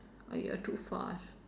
!aiya! too far